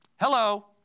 Hello